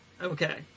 Okay